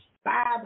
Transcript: five